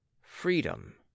Freedom